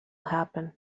happen